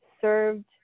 served